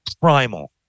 primal